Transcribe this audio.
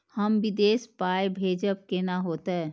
हम विदेश पाय भेजब कैना होते?